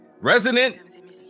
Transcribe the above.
Resident